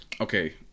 okay